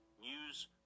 News